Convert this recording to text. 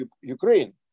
Ukraine